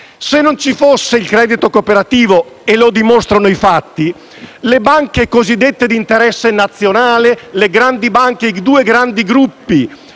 Se non ci fosse il credito cooperativo, come dimostrano i fatti, le banche cosiddette di interesse nazionale, le grandi banche, i due grandi gruppi